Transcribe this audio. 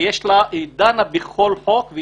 שדנה בכל חוק,